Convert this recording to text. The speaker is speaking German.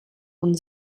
und